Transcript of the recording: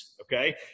okay